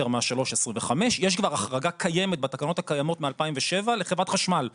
מה-3.25 יש כבר החרגה קיימת בהתקנות הקיימות מ-2007 לחברת חשמל,